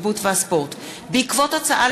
התרבות והספורט בעקבות דיון